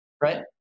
right